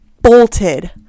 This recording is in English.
bolted